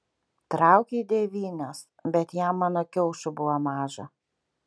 trauk jį devynios bet jam mano kiaušų buvo maža